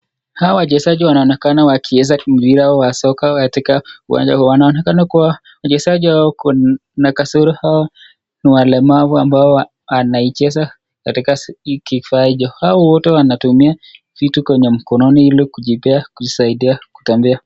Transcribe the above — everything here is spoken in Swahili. hawa wachezaji wa mpira wa magongo kwenye viti vya magurudumu. Hawa ni walemavu wanaocheza hiki kifaa. Wote wanatumia vitu kama vijiti kujisaidia kutembea na kucheza.